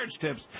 tips